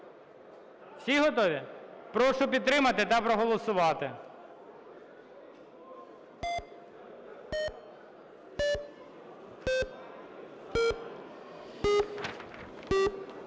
Всі готові? Прошу підтримати та проголосувати.